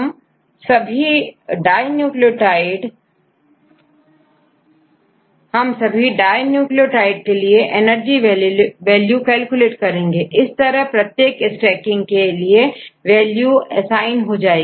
हम सभी di nucleotide के लिए एनर्जी वैल्यू कैलकुलेट करेंगे इस तरह प्रत्येक स्टैकिंग के लिए वैल्यू ए साइन हो जाएगी